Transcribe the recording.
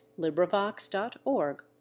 LibriVox.org